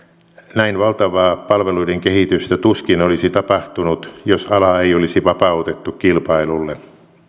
näin valtavaa palveluiden kehitystä tuskin olisi tapahtunut jos alaa ei olisi vapautettu kilpailulle